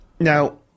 Now